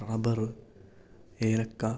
rubber ഏലക്ക